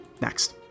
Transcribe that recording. Next